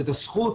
את הזכות